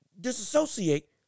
disassociate